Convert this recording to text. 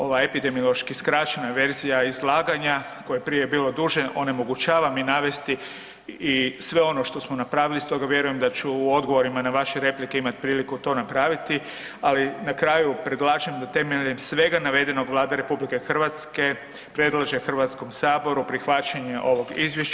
Ova epidemiološki skraćena verzija izlaganja koja je prije bila duža onemogućava mi navesti i sve ono što smo napravili, stoga vjerujem da ću u odgovorima na vaše replike imat priliku to napraviti, ali na kraju predlažem da temeljem svega navedenog Vlada RH predlaže HS prihvaćanje ovog izvješća.